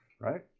Right